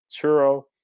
churro